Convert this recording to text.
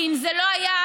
כי אם זה לא היה,